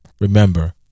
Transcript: Remember